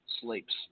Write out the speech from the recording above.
sleeps